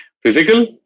physical